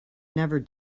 never